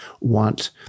want